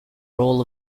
role